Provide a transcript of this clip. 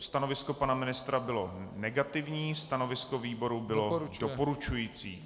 Stanovisko pana ministra bylo negativní, stanovisko výboru bylo doporučující.